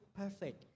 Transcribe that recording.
perfect